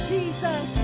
Jesus